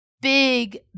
big